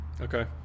Okay